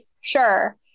sure